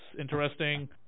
interesting